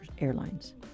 Airlines